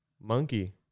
monkey